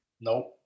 Nope